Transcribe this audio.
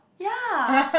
ya